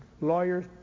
lawyers